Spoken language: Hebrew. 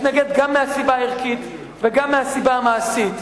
התנגד גם מהסיבה הערכית וגם מהסיבה המעשית.